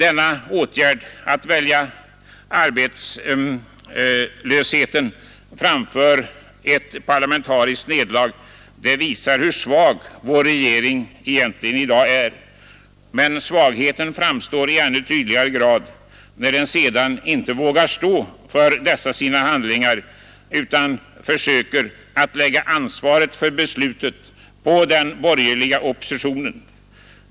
Denna åtgärd att välja arbetslösheten framför ett parlamentariskt nederlag visar hur svag vår regering egentligen i dag är. Men svagheten framstår i ännu tydligare grad, när den sedan icke vågar stå för sina handlingar utan försöker lägga ansvaret för beslutet på den borgerliga oppositionen.